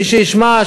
מי שישמע,